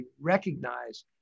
recognize